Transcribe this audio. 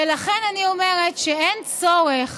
ולכן אני אומרת שאין צורך